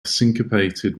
syncopated